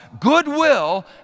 goodwill